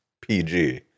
pg